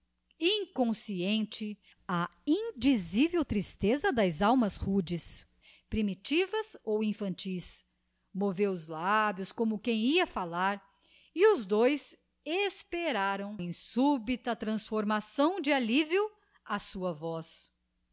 inconsciente a indizivel tristeza das almas rudes primitivas ou infantis moveu os lábios como quem ia falar e os dois esperaram em súbita transformação de allivio a sua voz